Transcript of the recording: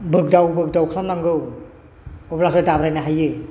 बोग्दाव बोग्दाव खालामनांगौ अब्लासो दाब्रायनो हायो